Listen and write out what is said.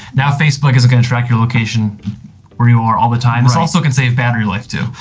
now facebook isn't going to track your location where you are all the time. it's also can save battery life, too.